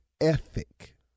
ethic